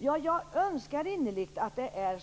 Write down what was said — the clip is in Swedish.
Jag önskar innerligt att det är